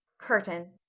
curtain.